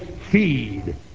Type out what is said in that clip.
Feed